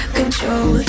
control